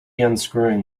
unscrewing